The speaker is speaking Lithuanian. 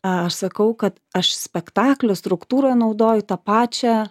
aš sakau kad aš spektaklio struktūroje naudoju tą pačią